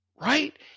right